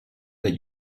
but